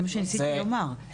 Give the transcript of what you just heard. זה מה שניסיתי לומר,